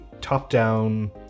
top-down